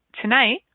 tonight